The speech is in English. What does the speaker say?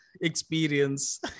experience